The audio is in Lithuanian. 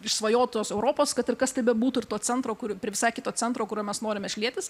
išsvajotos europos kad ir kas tai bebūtų ir to centro kur prie visai kito centro kurio mes norime šlietis